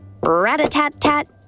Rat-a-tat-tat